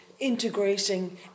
integrating